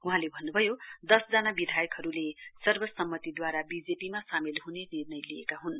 वहाँले भन्नुभयो दसजना निधायकहरुले सर्वसम्मतिदूवारा बीजेपीमा सामेल हुने निर्णय लिएको हुन्